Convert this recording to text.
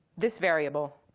this variable.